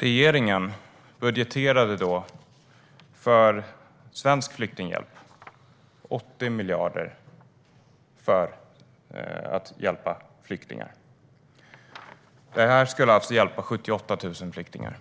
Regeringen budgeterade dock 80 miljarder för svensk flyktinghjälp. Det skulle hjälpa 78 000 flyktingar.